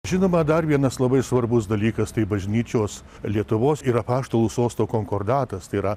žinoma dar vienas labai svarbus dalykas tai bažnyčios lietuvos ir apaštalų sosto konkordatas tai yra